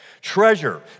Treasure